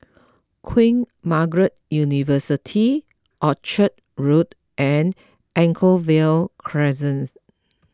Queen Margaret University Orchard Road and Anchorvale Crescent